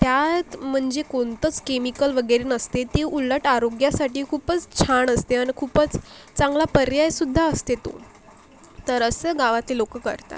त्यात म्हणजे कोणतंच केमिकल वगैरे नसते ती उलट आरोग्यासाठी खूपच छान असते आणि खूपच चांगला पर्यायसुद्धा असते तो तर असं गावातले लोकं करतात